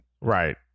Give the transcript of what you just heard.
right